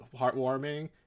heartwarming